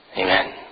Amen